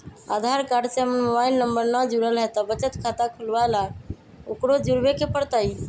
आधार card से हमर mobile number न जुरल है त बचत खाता खुलवा ला उकरो जुड़बे के पड़तई?